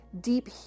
deep